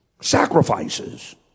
Sacrifices